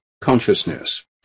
consciousness